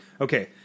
Okay